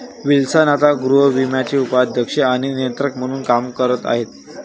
Wilson आता गृहविम्याचे उपाध्यक्ष आणि नियंत्रक म्हणून काम करत आहेत